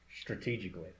Strategically